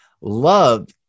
Love